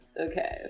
Okay